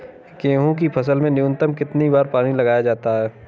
गेहूँ की फसल में न्यूनतम कितने बार पानी लगाया जाता है?